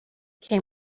came